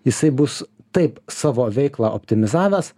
jisai bus taip savo veiklą optimizavęs